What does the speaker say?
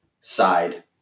side